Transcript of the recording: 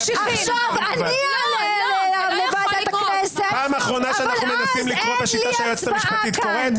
--- פעם אחרונה שאנחנו מנסים לקרוא בשיטה שהיועצת המשפטית קוראת,